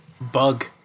bug